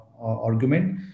argument